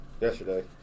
Yesterday